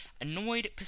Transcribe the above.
annoyed